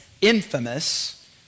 infamous